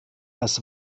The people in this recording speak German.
das